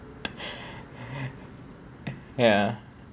ya